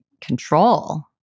control